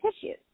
tissues